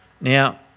Now